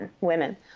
women